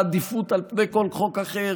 בעדיפות על פני כל חוק אחר,